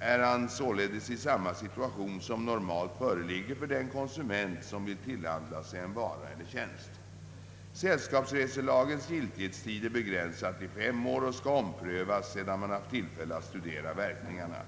är han således i samma situation som normalt föreligger för den konsument som vill tillhandla sig en vara eller tjänst. Sällskapsreselagens giltighetstid är begränsad till fem år och skall omprövas, sedan. man haft tillfälle att studera verkningarna.